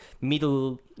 middle